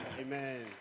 Amen